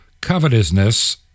covetousness